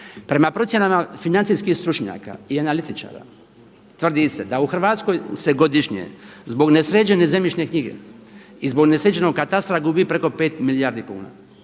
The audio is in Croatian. Prema procjenama financijskih stručnjaka i analitičara, tvrdi se da u Hrvatskoj se godišnje zbog nesređene zemljišne knjige i zbog nesređenog katastra gubi preko 5 milijardi kuna,